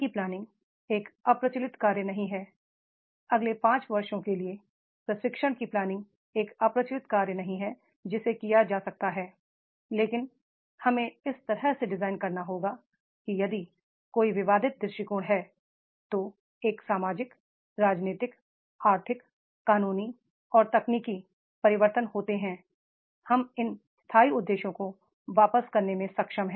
प्ला निंग एक अप्रचलित कार्य नहीं है अगले पाँच वर्षों के लिए प्रशिक्षण की प्ला निग एक अप्रचलित कार्य नहीं है जिसे किया जा सकता है लेकिन हमें इस तरह से डिज़ाइन करना होगा कि यदि कोई विवादित दृष्टिकोण है तो एक सामाजिक राजनीतिक आर्थिक कानूनी और तकनीकी परिवर्तन होते हैं हम इन स्थायी उद्देश्यों को वापस करने में सक्षम हैं